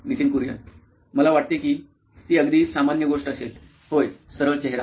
Nitin Kurian COO nine electronics मला वाटते की ती अगदी सामान्य गोष्ट असेल होय सरळ चेहरा